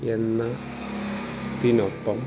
എന്ന തിനൊപ്പം